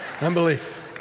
unbelief